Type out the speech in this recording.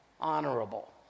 Honorable